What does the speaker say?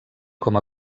com